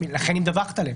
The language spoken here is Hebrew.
לכן היא מדווחת עליהם.